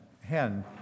hen